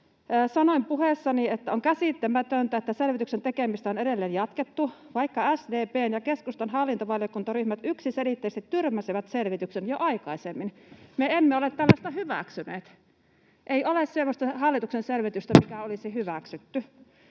Sanoin puheessani, että on käsittämätöntä, että selvityksen tekemistä on edelleen jatkettu, vaikka SDP:n ja keskustan hallintovaliokuntaryhmät yksiselitteisesti tyrmäsivät selvityksen jo aikaisemmin. Me emme ole tällaista hyväksyneet. Ei ole sellaista hallituksen selvitystä, mikä olisi hyväksytty.